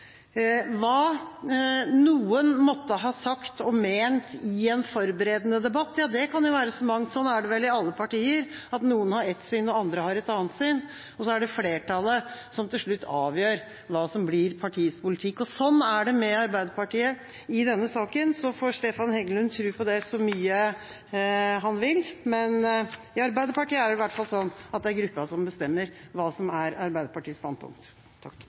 Hva noen måtte ha sagt og ment i en forberedende debatt, ja, det kan jo være så mangt. Sånn er det vel i alle partier, at noen har ett syn og andre har et annet syn, og så er det flertallet som til slutt avgjør hva som blir partiets politikk, og sånn er det med Arbeiderpartiet i denne saken. Så får Stefan Heggelund tro på det så mye han vil, men i Arbeiderpartiet er det i hvert fall sånn at det er gruppa som bestemmer hva som er Arbeiderpartiets standpunkt.